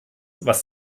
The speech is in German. was